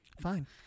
Fine